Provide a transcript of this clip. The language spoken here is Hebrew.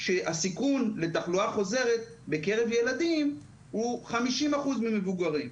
שהסיכון לתחלואה חוזרת בקרב ילדים הוא 50% ממבוגרים.